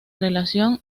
relación